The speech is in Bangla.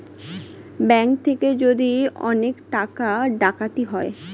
ব্যাঙ্ক থেকে যদি অনেক টাকা ডাকাতি হয়